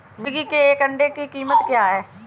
मुर्गी के एक अंडे की कीमत क्या है?